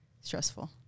stressful